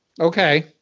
okay